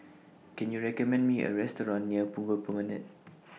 Can YOU recommend Me A Restaurant near Punggol Promenade